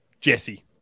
Jesse